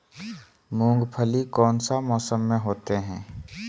मूंगफली कौन सा मौसम में होते हैं?